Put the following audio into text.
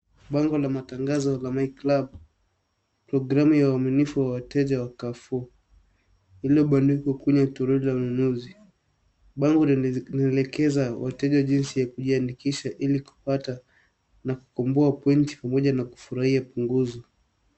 Bango la matangazo la MYCLUB.Programu ya uaminifu wa wateja wa Carrefour. Lililobandikwa kwenye toroli la ununuzi. Bango linaelekeza wateja jinsi ya kujiandikisha ili kupata na kukomboa pointi pamoja na kufurahia punguzo.